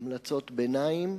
המלצות ביניים,